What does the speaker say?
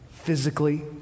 Physically